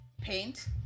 paint